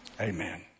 amen